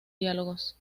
diálogos